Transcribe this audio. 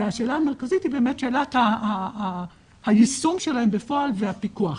והשאלה המרכזית היא שאלת היישום שלהם בפועל והפיקוח.